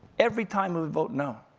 every time we would vote no,